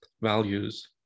values